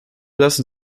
lassen